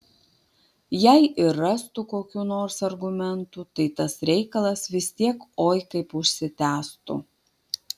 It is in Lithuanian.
jei ir rastų kokių nors argumentų tai tas reikalas vis tiek oi kaip užsitęstų